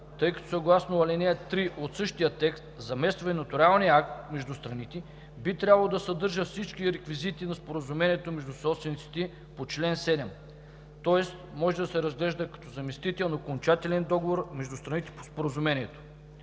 тъй като съгласно ал. 3 от същия текст замества и нотариалния акт между страните, би трябвало да съдържа всички реквизити на споразумението между собствениците по чл. 7. Тоест може да се разглежда като заместител на окончателен договор между страните по споразумението.